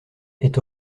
est